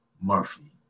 murphy